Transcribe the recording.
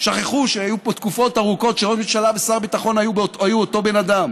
שכחו שהיו פה תקופות ארוכות שראש הממשלה ושר הביטחון היו אותו בן אדם.